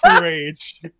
rage